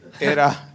era